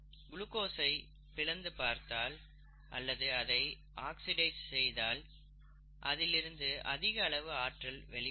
குளுக்கோசை பிளந்து பார்த்தால் அல்லது அதை ஆக்சிடைஸ் செய்தால் அதில் இருந்து அதிக அளவு ஆற்றல் வெளிப்படும்